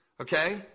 Okay